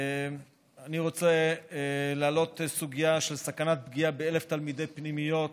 אני רוצה להעלות סוגיה של סכנת פגיעה ב-1,000 תלמידי פנימיות